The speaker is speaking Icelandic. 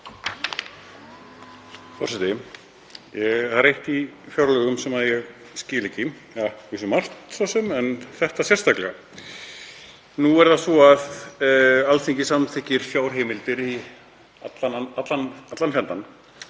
Forseti. Það er eitt í fjárlögum sem ég skil ekki, að vísu margt svo sem en þetta sérstaklega. Nú er það svo að Alþingi samþykkir fjárheimildir í allan fjandann,